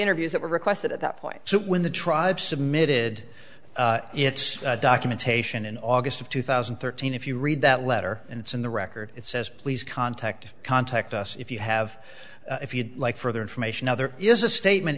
interviews that were requested at that point when the tribe submitted its documentation in august of two thousand and thirteen if you read that letter and it's in the record it says please contact contact us if you have if you'd like further information other is a statement